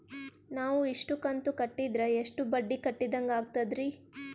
ನಾವು ಇಷ್ಟು ಕಂತು ಕಟ್ಟೀದ್ರ ಎಷ್ಟು ಬಡ್ಡೀ ಕಟ್ಟಿದಂಗಾಗ್ತದ್ರೀ?